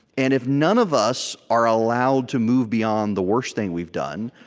and if none of us are allowed to move beyond the worst thing we've done,